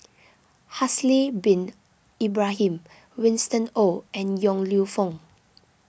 Haslir Bin Ibrahim Winston Oh and Yong Lew Foong